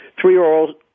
three-year-old